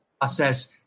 process